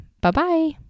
Bye-bye